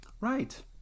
Right